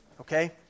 Okay